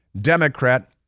Democrat